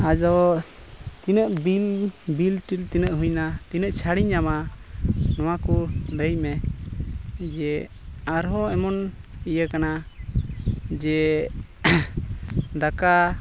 ᱟᱫᱚ ᱛᱤᱱᱟᱹᱜ ᱫᱤᱱ ᱵᱤᱞ ᱛᱤᱞ ᱛᱤᱱᱟᱹᱜ ᱦᱩᱭᱱᱟ ᱛᱤᱱᱟᱹᱜ ᱪᱷᱟᱲᱤᱧ ᱧᱟᱢᱟ ᱱᱚᱣᱟ ᱠᱚ ᱞᱟᱹᱭ ᱢᱮ ᱡᱮ ᱟᱨᱦᱚᱸ ᱮᱢᱚᱱ ᱤᱭᱟᱹ ᱠᱟᱱᱟ ᱡᱮ ᱫᱟᱠᱟ